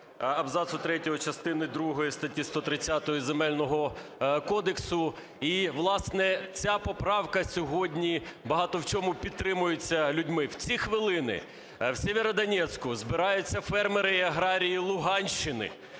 третього частини другої статті 130 Земельного кодексу і, власне, ця поправка сьогодні багато в чому підтримується людьми. В ці хвилини в Сєвєродонецьку збираються фермери і аграрії Луганщини